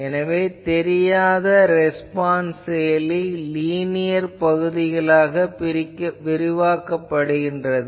எனவே தெரியாத ரெஸ்பான்ஸ் செயலி லீனியர் பகுதிகளாக விரிவாக்கப்படுகிறது